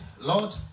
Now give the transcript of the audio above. Lord